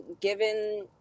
given